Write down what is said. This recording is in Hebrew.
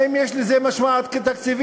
האם יש לזה משמעות תקציבית?